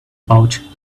pouch